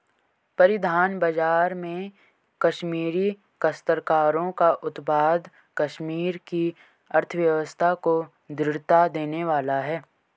परिधान बाजार में कश्मीरी काश्तकारों का उत्पाद कश्मीर की अर्थव्यवस्था को दृढ़ता देने वाला है